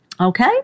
Okay